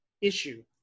issue